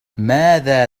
ماذا